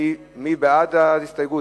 מי בעד ההסתייגות?